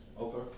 Okay